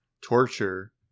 torture